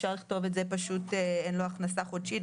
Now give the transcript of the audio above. אפשר לכתוב פשוט "אין לו הכנסה חודשית",